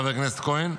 חבר הכנסת כהן,